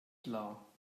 klar